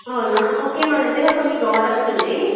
అవునా ఓకే మా దగ్గర కొన్ని ప్రొడక్ట్స్ ఉన్నాయి